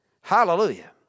Hallelujah